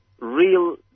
real